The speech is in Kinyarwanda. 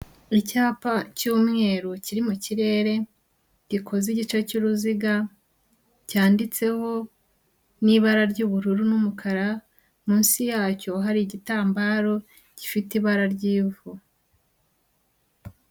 Icyapa cy'umweru kiri mu kirere, gikoze igice cy'uruziga cyanditseho n'ibara ry'ubururu n'umukara munsi yacyo hari igitambaro gifite ibara ry'ivu.